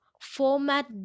format